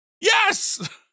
Yes